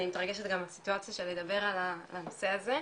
אני מתרגשת גם מהסיטואציה של לדבר על הנושא הזה.